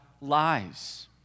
lies